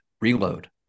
reload